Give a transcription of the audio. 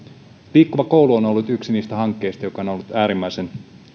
liikkuva koulu on ollut yksi niistä hankkeista jotka ovat olleet äärimmäisen